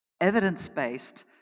evidence-based